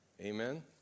Amen